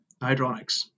hydronics